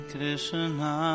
Krishna